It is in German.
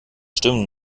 stimmen